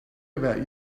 about